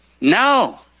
No